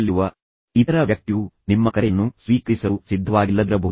ಮತ್ತೊಂದೆಡೆ ಇನ್ನೊಂದು ತುದಿಯಲ್ಲಿರುವ ಇತರ ವ್ಯಕ್ತಿಯು ನಿಮ್ಮ ಕರೆಯನ್ನು ಸ್ವೀಕರಿಸಲು ಸಿದ್ಧವಾಗಿಲ್ಲದಿರಬಹುದು